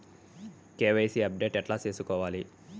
KYC update ఎట్లా సేసుకోవాలి?